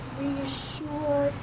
reassure